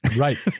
right.